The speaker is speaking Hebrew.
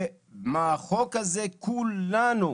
וכולנו